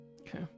Okay